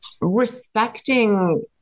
respecting